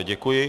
Děkuji.